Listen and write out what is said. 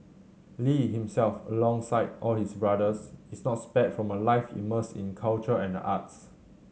lee himself alongside all his brothers is not spared from a life immersed in culture and the arts